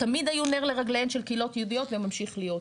תמיד היו נר לרגליהן של קהילות יהודיות וממשיך להיות.